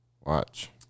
Watch